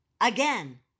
again